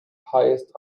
highest